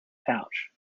pouch